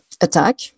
attack